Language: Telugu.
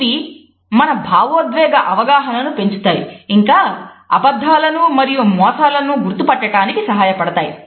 ఇవి మన భావోద్వేగ అవగాహనను పెంచుతాయి ఇంకా అబద్ధాలను మరియు మోసాలను గుర్తు పట్టటానికి సహాయపడతాయి